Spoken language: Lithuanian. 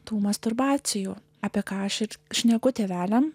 tų masturbacijų apie ką aš ir šneku tėveliams